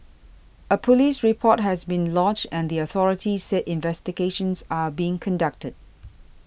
a police report has been lodged and the authorities said investigations are being conducted